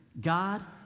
God